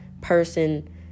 person